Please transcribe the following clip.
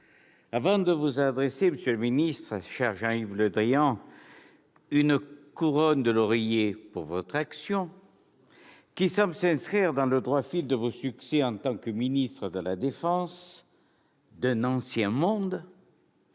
avant de vous tresser, monsieur le ministre, cher Jean-Yves Le Drian, une couronne de laurier pour votre action, laquelle semble s'inscrire dans le droit fil de vos succès en tant que ministre de la défense, même d'un ancien monde,